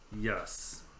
Yes